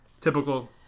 Typical